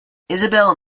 isabel